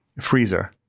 freezer